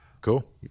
Cool